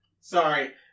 Sorry